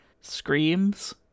screams